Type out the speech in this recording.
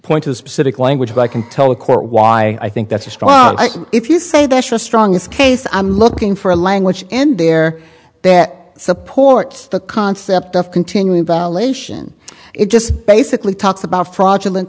point to a specific language but i can tell the court why i think that's a strong if you say that's a strong case i'm looking for a language in there that supports the concept of continuing violation it just basically talks about fraudulent